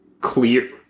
clear